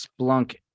Splunk